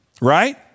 right